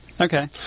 Okay